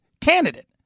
candidate